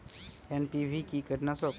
NPV কি কীটনাশক?